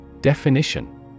Definition